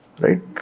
Right